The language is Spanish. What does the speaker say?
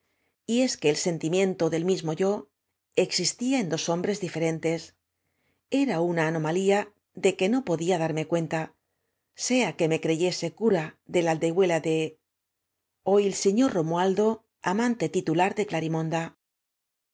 y es queei sentimiento del mismo yo existía ea dos hombres diferentes era una anomalía de que no podía darme cuenta sea que me creyese cura de la aldehuela de il signar romuau do amaate titular de